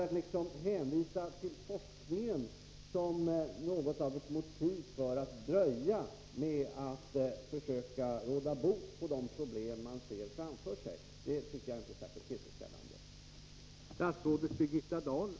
Att hänvisa till forskningen och låta det bli ett motiv för att dröja med att försöka råda bot på de problem som man ser framför sig tycker jag inte är särskilt tillfredsställande.